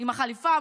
עם החליפה,